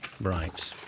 right